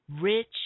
Rich